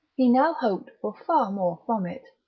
he now hoped for far more from it.